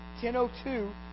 10.02